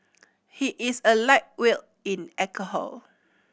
he is a light will in alcohol